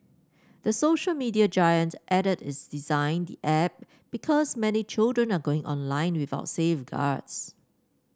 the social media giant added it designed the app because many children are going online without safeguards